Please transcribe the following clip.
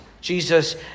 Jesus